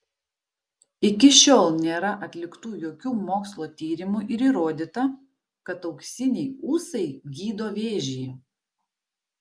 iki šiol nėra atliktų jokių mokslo tyrimų ir įrodyta kad auksiniai ūsai gydo vėžį